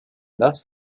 thus